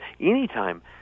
anytime